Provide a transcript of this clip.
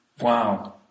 Wow